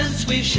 sweet